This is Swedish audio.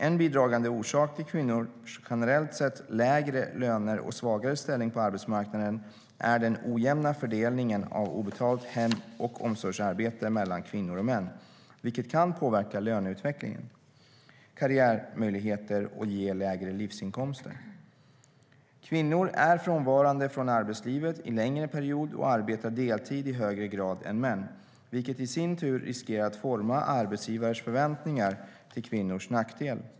En bidragande orsak till kvinnors generellt sett lägre löner och svagare ställning på arbetsmarknaden är den ojämna fördelningen av obetalt hem och omsorgsarbete mellan kvinnor och män, vilket kan påverka löneutveckling och karriärmöjligheter och ge lägre livsinkomster. Kvinnor är frånvarande från arbetslivet i längre perioder och arbetar deltid i högre grad än män, vilket i sin tur riskerar att forma arbetsgivares förväntningar till kvinnors nackdel.